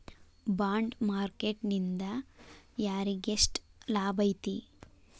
Bond market ನಿಂದಾ ಯಾರಿಗ್ಯೆಷ್ಟ್ ಲಾಭೈತಿ?